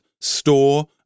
store